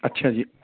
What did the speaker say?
ਅੱਛਾ ਜੀ